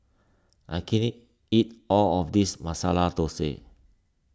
I can't eat all of this Masala Thosai